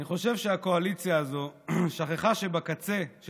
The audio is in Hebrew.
אני חושב שהקואליציה הזו שכחה שבקצה של